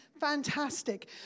fantastic